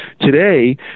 today